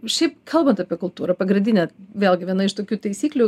šiaip kalbant apie kultūrą pagrindinė vėlgi viena iš tokių taisyklių